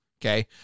Okay